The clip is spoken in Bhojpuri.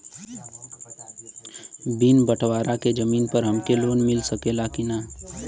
बिना बटवारा के जमीन पर हमके लोन मिल सकेला की ना?